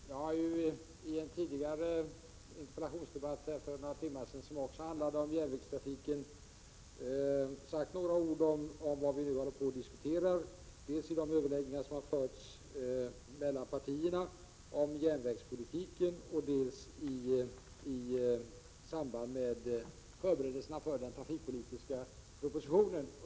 Herr talman! Jag har i en tidigare interpellationsdebatt, för någon timme sedan, som också handlade om järnvägstrafiken, sagt några ord om vad vi håller på att diskutera, dels i de överläggningar som har förts mellan partierna om järnvägspolitiken, dels i samband med förberedelserna för den trafikpolitiska propositionen.